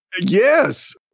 Yes